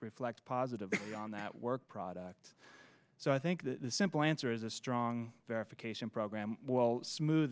reflect positively on that work product so i think the simple there is a strong verification program well smooth